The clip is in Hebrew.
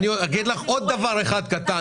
אגיד לך עוד דבר קטן,